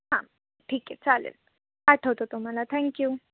हां ठीक आहे चालेल पाठवतो तुम्हाला थँक्यू